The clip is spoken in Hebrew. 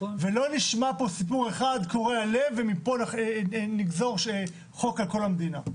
ולא נשמע פה סיפור אחד קורע לב ומפה נגזור שחוק על כל המדינה.